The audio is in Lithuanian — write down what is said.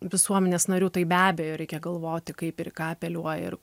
visuomenės narių tai be abejo reikia galvoti kaip ir į ką apeliuoji ir